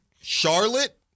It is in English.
Charlotte